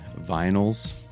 vinyls